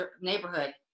neighborhood